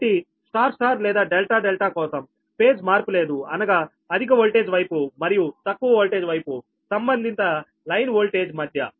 కాబట్టి star star లేదా delta delta కోసం ఫేజ్ మార్పు లేదు అనగా అధిక వోల్టేజ్ వైపు మరియు తక్కువ వోల్టేజ్ వైపు సంబంధిత లైన్ వోల్టేజ్ మధ్య